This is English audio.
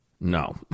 No